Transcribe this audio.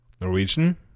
Norwegian